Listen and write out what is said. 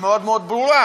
היא מאוד מאוד ברורה: